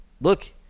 Look